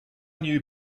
knew